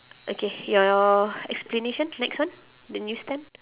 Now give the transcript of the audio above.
okay your explanation next one the news stand